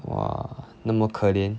!wah! 那么可怜